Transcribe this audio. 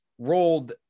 rolled